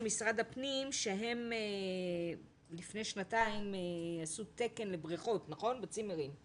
משרד הפנים שהם לפני שנתיים עשו תקן לבריכות בצימרים.